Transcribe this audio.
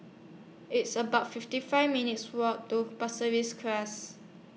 It's about fifty five minutes' Walk to Pasir Ris Crest